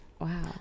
Wow